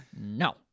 no